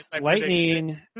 lightning